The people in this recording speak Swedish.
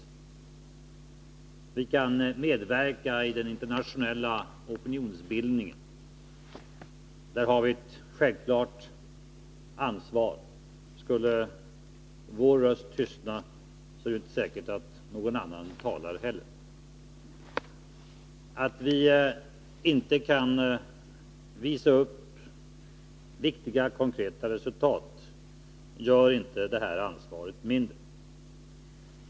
Vi kan medverka i den internationella opinionsbildningen. Där har vi ett självklart ansvar. Skulle vår röst tystna, är det inte säkert att någon annan talar heller. Att vi inte kan visa upp viktiga konkreta resultat gör inte det här ansvaret mindre.